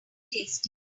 tasty